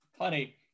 Honey